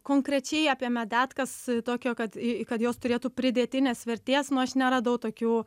konkrečiai apie medetkas tokio kad kad jos turėtų pridėtinės vertės nu aš neradau tokių